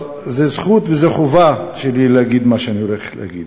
אני יודע שמה שאני הולך להגיד,